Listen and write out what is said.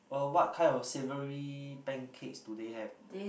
uh what type of savoury pancakes do they have